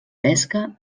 pesca